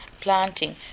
planting